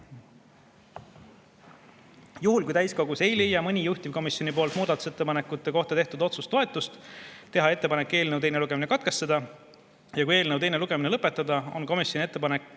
Juhul kui täiskogus ei leia mõni juhtivkomisjoni poolt muudatusettepanekute kohta tehtud otsus toetust, teha ettepanek eelnõu teine lugemine katkestada. Aga kui teine lugemine lõpetada, on komisjoni ettepanek